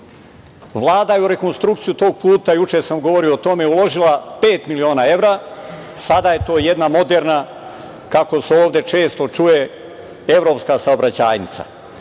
Vlada je u rekonstrukciju tog puta, juče sam govorio o tome, uložila pet miliona evra. Sada je to jedna moderna, kako se ovde često čuje, evropska saobraćajnica. Potpuno